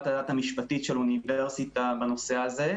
הדעת המשפטית של האוניברסיטה בנושא הזה,